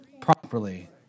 properly